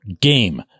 game